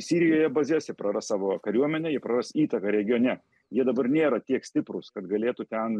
sirijoje bazes jie praras savo kariuomenę jie praras įtaką regione jie dabar nėra tiek stiprūs kad galėtų ten